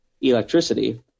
electricity